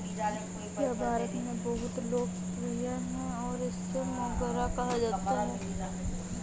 यह भारत में बहुत लोकप्रिय है और इसे मोगरा कहा जाता है